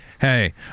Hey